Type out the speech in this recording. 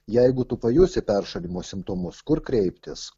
jeigu tu pajusi peršalimo simptomus kur kreiptis